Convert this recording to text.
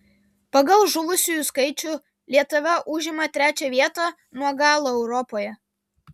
pagal žuvusiųjų skaičių lietuva užima trečią vietą nuo galo europoje